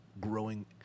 growing